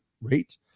rate